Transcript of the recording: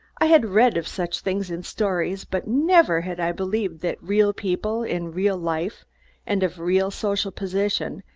i had read of such things in stories, but never had i believed that real people, in real life and of real social position,